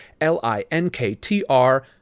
L-I-N-K-T-R